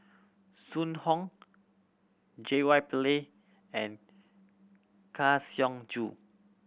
Zhu Hong J Y Pillay and Kang Siong Joo